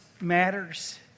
matters